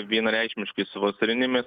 vienareikšmiškai su vasarinėmis